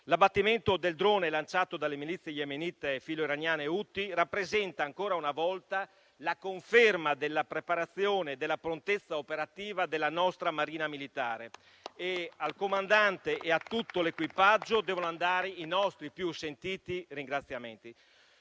L'abbattimento del drone lanciato dalle milizie yemenite filoiraniane Houthi rappresenta, ancora una volta, la conferma della preparazione e della prontezza operativa della nostra Marina militare. Al comandante e a tutto l'equipaggio devono andare i nostri più sentiti ringraziamenti.